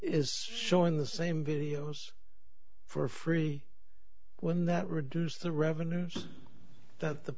is showing the same videos for free when that reduces the revenues that the